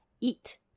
eat